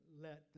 let